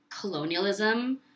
colonialism